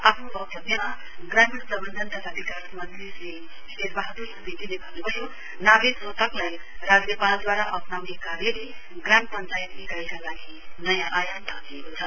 आफ्नो वक्तव्यमा ग्रामीण प्रवन्धन तथा विकासमन्त्री श्री शेरवहादुर सुवेदीले भन्नुभयो नामे सोतकलाई राज्यपालद्वारा अप्नाउने कार्यले ग्रमाम पंचायत इकाइका लागि नयाँ आयाम थपिएको छ